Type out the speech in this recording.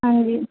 ਹਾਂਜੀ